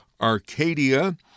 Arcadia